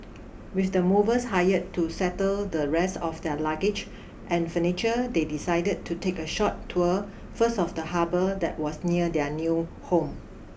with the movers hired to settle the rest of their luggage and furniture they decided to take a short tour first of the harbour that was near their new home